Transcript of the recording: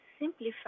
simplify